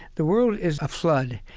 the world is a flood,